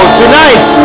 tonight